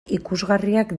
ikusgarriak